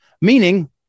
meaning